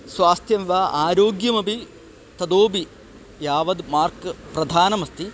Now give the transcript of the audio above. स्वास्थ्यं वा आरोग्यमपि ततोपि यावद् मार्क् प्रधानमस्ति